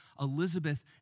Elizabeth